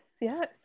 Yes